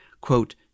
quote